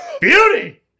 Beauty